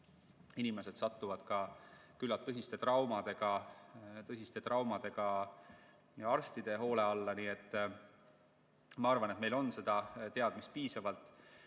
Inimesed satuvad üsna tõsiste traumadega arstide hoole alla. Nii et ma arvan, et meil on seda teadmist piisavalt.